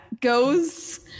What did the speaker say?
goes